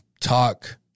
talk